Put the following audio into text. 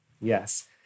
Yes